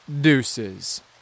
Deuces